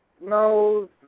No